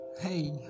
hey